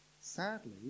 Sadly